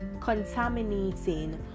contaminating